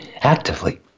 actively